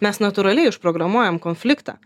mes natūraliai užprogramuojam konfliktą